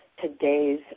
today's